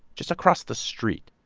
just across the street?